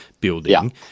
building